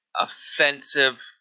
offensive